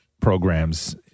programs